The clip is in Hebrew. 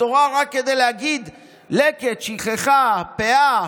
התורה, רק כדי להגיד "לקט", "שכחה", "פאה",